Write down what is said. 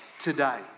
today